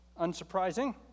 Unsurprising